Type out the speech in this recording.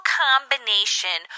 combination